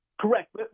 Correct